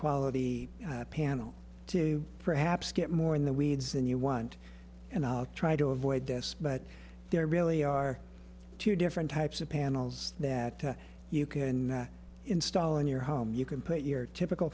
quality panel to perhaps get more in the weeds and you want and i'll try to avoid this but there really are two different types of panels that you can install in your home you can put your typical